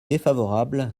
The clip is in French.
défavorable